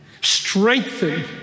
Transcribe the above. strengthen